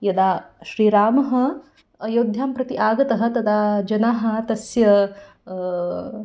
यदा श्रीरामः अयोध्यां प्रति आगतः तदा जनाः तस्य